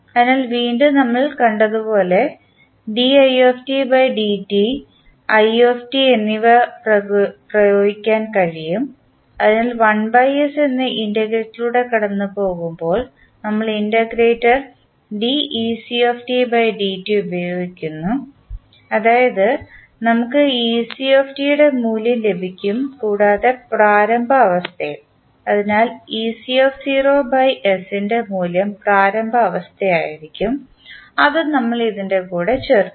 അതിനാൽ വീണ്ടും നമ്മൾ കണ്ടതുപോലെ എന്നിവ ഇവിടെ പ്രയോഗിക്കാൻ കഴിയും അതിനാൽ 1 s എന്ന ഇന്റഗ്രേറ്ററിലൂടെ കടന്നുപോകുമ്പോൾ നമ്മൾ ഇന്റഗ്രേറ്റർ ഉപയോഗിക്കുന്നു അതായത് നമുക്ക് മൂല്യം ലഭിക്കും കൂടാതെ പ്രാരംഭ അവസ്ഥയും അതിനാൽ ൻറെ മൂല്യം പ്രാരംഭ അവസ്ഥയായിരിക്കും അതും നമ്മൾ ഇതിൻറെ കൂടെ ചേർക്കും